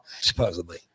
supposedly